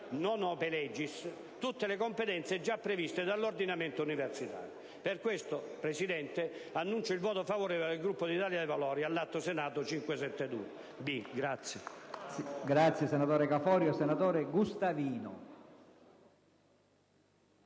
non *ope legis* - tutte le competenze già previste dall'ordinamento universitario. Per questo, Presidente, annuncio il voto favorevole del Gruppo Italia dei Valori all'Atto Senato n.